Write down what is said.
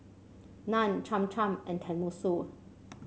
Naan Cham Cham and Tenmusu